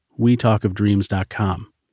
wetalkofdreams.com